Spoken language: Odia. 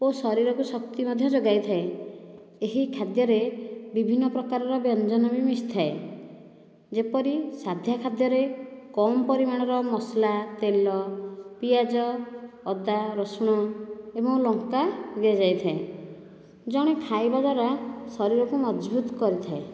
ଓ ଶରୀରକୁ ଶକ୍ତି ମଧ୍ୟ ଯୋଗାଇଥାଏ ଏହି ଖାଦ୍ୟରେ ବିଭିନ୍ନ ପ୍ରକାରର ବ୍ୟଞ୍ଜନ ବି ମିଶିଥାଏ ଯେପରି ସାଧା ଖାଦ୍ୟରେ କମ୍ ପରିମାଣର ମସଲା ତେଲ ପିଆଜ ଅଦା ରସୁଣ ଏବଂ ଲଙ୍କା ଦିଆଯାଇଥାଏ ଜଣେ ଖାଇବାଦ୍ୱାରା ଶରୀରକୁ ମଜବୁତ କରିଥାଏ